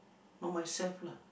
not myself lah